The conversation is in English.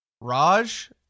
Raj